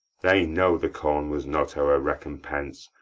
they know the corn was not our recompense,